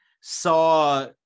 saw